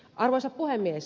arvoisa puhemies